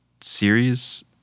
series